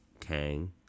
Kang